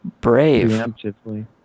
brave